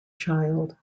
child